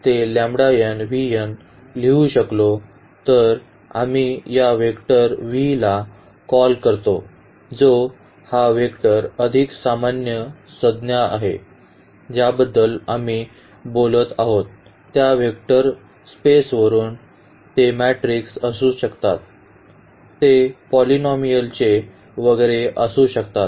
जर आपण हे लिहू शकलो तर आम्ही या वेक्टर v ला कॉल करतो जो हा वेक्टर अधिक सामान्य संज्ञा आहे ज्याबद्दल आम्ही बोलत आहोत त्या वेक्टर स्पेसवरून ते मेट्रिक असू शकतात ते पॉलिनॉमिअलचे वगैरे असू शकतात